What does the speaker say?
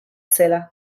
zela